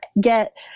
get